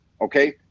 okay